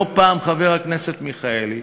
לא פעם, חבר הכנסת מיכאלי,